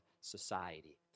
society